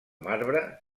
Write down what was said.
marbre